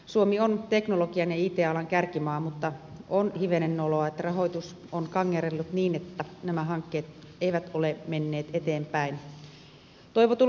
suomi on teknologian ja it alan kärkimaa mutta on hivenen noloa että rahoitus on kangerrellut niin että nämä hankkeet eivät ole menneet eteenpäin toivotulla tavalla